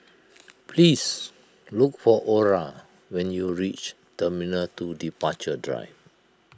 please look for Orra when you reach Terminal two Departure Drive